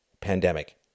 Pandemic